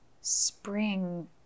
spring